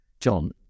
John